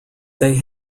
they